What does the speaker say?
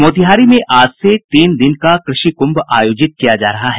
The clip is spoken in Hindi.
मोतिहारी में आज से तीन दिन का कृषि कुंभ आयोजित किया जा रहा है